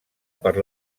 per